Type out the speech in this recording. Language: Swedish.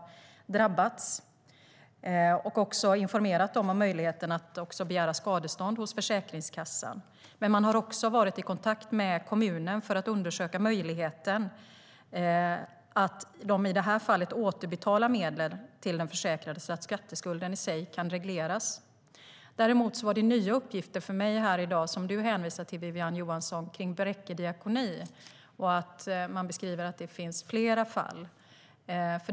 Försäkringskassan har också informerat dem om möjligheten att begära skadestånd hos Försäkringskassan. Dessutom har de varit i kontakt med kommunen för att undersöka möjligheten att i det här fallet återbetala medlen till den försäkrade så att skatteskulden i sig kan regleras. Däremot är det för mig nya uppgifter som Wiwi-Anne Johansson hänvisar till beträffande Bräcke Diakoni, att det finns fler fall.